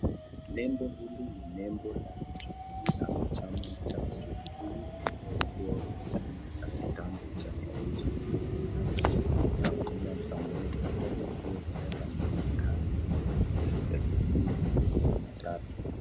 Nembo hili ni nembo la Jubilee ama chama cha Jubilee iliokuwa chama cha kitambo cha Rais Uhuru Kenyatta na William Samoei Ruto viliomueka mamlakani mnamo elfu mbili kumi na tatu.